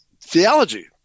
theology